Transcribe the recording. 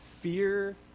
fear